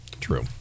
True